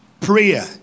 Prayer